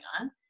on